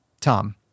Tom